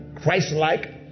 Christ-like